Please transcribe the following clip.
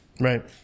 Right